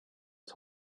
his